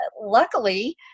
Luckily